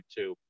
youtube